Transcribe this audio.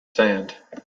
sand